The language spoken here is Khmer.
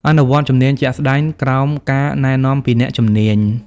អនុវត្តជំនាញជាក់ស្តែងក្រោមការណែនាំពីអ្នកជំនាញ។